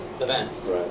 events